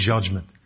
judgment